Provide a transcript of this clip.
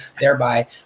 thereby